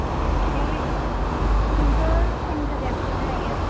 बे सिमपोल सेन गोजाया बेसेबां लायो